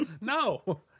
No